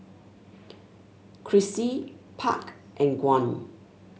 Chrissy Park and Gwyn